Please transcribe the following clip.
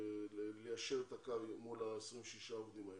ליישר את הקו מול 26 העובדים האלה.